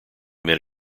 made